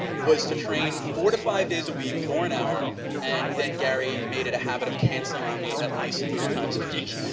was to train four to five days a week, for an hour and then gary made it a habit of cancelling on me at least three times a week.